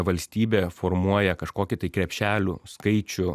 valstybė formuoja kažkokį tai krepšelių skaičių